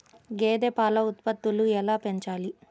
గేదె పాల ఉత్పత్తులు ఎలా పెంచాలి?